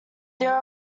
there